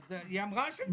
אבל היא אמרה שזה עזר.